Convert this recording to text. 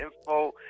Info